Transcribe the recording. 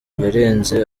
yarenze